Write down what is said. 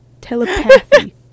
telepathy